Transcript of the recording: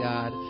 God